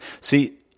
See